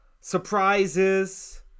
surprises